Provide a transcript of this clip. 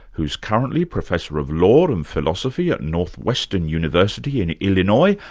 who's currently professor of law and philosophy at northwestern university in illinois,